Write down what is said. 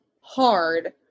hard